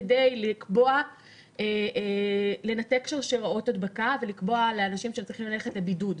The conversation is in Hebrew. כדי לנתק שרשראות הדבקה ולקבוע לאנשים שהם צריכים ללכת לבידוד.